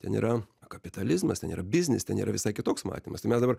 ten yra kapitalizmas ten yra biznis ten yra visai kitoks matymas tai mes dabar